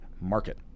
market